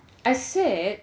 I said